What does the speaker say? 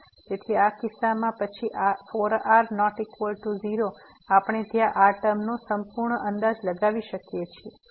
તેથી આ કિસ્સામાં પછી 4r ≠ 0 આપણે ત્યાં આ ટર્મનો સંપૂર્ણ અંદાજ લગાવી શકીએ છીએ